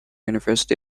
university